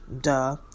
Duh